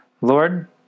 Lord